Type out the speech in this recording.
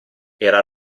era